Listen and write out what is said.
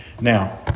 Now